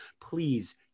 please